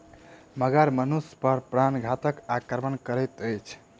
मगर मनुष पर प्राणघातक आक्रमण करैत अछि